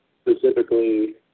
Specifically